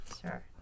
Sure